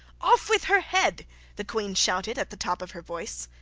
off with her head the queen shouted at the top of her voice.